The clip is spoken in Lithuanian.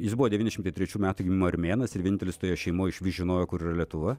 jis buvo devyni šimtai trečių metų gimimo armėnas ir vienintelis toje šeimoje išvis žinojo kur yra lietuva